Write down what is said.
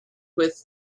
with